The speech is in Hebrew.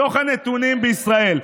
מתוך הנתונים בישראל,